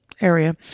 area